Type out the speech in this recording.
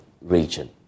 region